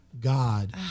God